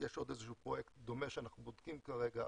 יש עוד איזשהו פרויקט דומה שאנחנו בודקים כרגע,